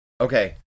Okay